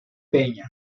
peña